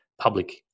public